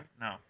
no